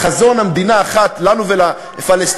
חזון המדינה האחת לנו ולפלסטינים,